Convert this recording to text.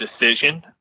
decision